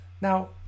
Now